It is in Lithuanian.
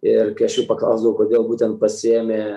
ir aš jų paklausdavau kodėl būtent pasiėmė